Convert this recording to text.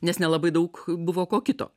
nes nelabai daug buvo ko kito